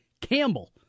Campbell